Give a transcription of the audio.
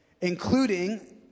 including